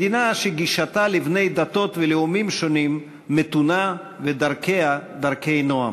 מדינה שגישתה לבני דתות ולאומים שונים מתונה ודרכיה דרכי נועם.